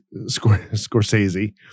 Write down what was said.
Scorsese